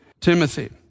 Timothy